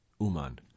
Uman